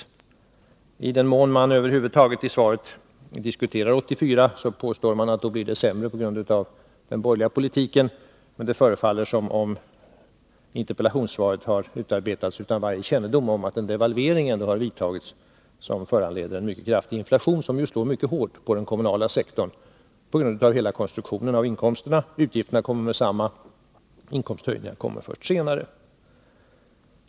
I den mån 1984 över huvud taget diskuteras i svaret, påstås att det då blir sämre på grund av den borgerliga politiken. Det förefaller som om interpellationssvaret har utarbetats utan varje kännedom om att en devalvering har vidtagits som föranleder en mycket kraftig inflation, som ju slår mycket hårt på den kommunala sektorn på grund av konstruktionen att utgifterna kommer med detsamma och inkomsthöjningarna kommer först senare.